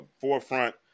forefront